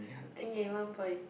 okay one point